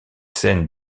scènes